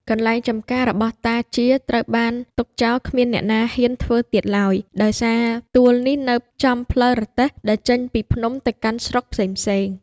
កន្លែងចម្ការរបស់តាជាត្រូវបានទុកចោលគ្មានអ្នកណាហ៊ានធ្វើទៀតឡើយ ដោយសារទួលនេះនៅចំផ្លូវរទេះដែលចេញពីភ្នំទៅកាន់ស្រុកផ្សេងៗ ។